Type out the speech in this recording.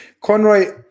Conroy